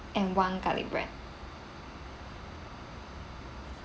and one garlic bread